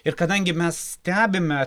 ir kadangi mes stebime